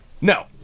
No